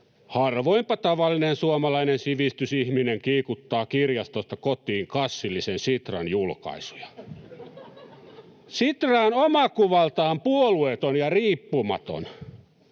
Harvoinpa tavallinen suomalainen sivistysihminen kiikuttaa kirjastosta kotiin kassillisen Sitran julkaisuja. Sitra on omakuvaltaan ”puolueeton ja riippumaton”.